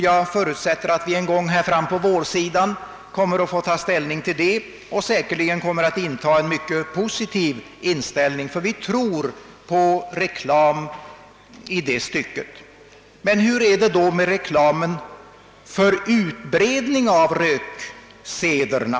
Jag förutsätter att riksdagen någon gång fram på vårsidan kommer att få behandla frågan och då kommer att inta en mycket positiv inställning till den, eftersom vi tror på reklam i det stycket. Men nu gäller det reklamen för utbredningen av röksederna.